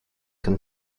can